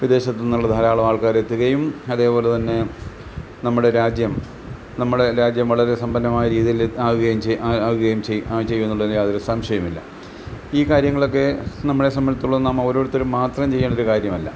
വിദേശത്ത് നിന്നുള്ള ധാരാളം ആൾക്കാരെത്തുകയും അതേപോലെ തന്നെ നമ്മുടെ രാജ്യം നമ്മുടെ രാജ്യം വളരെ സമ്പന്നമായ രീതിയിൽ ആകുകയും ചെയ്യ് ആകുകയും ചെയ്യ് ചെയ്യും എന്നുള്ളതിന് യാതൊരു സംശയമില്ല ഈ കാര്യങ്ങളൊക്കെ നമ്മളെ സംബന്ധിച്ചിടത്തോളം നാം ഓരോരുത്തരും മാത്രം ചെയ്യേണ്ട ഒരു കാര്യമല്ല